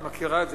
את מכירה את זה,